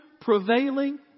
prevailing